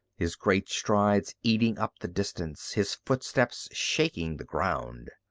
his great strides eating up the distance, his footsteps shaking the ground.